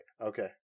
Okay